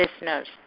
listeners